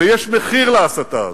ויש מחיר להסתה הזאת.